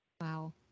wow